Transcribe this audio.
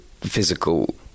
physical